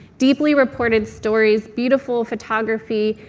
deeply reported stories, beautiful photography,